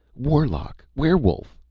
warlock. werewolf.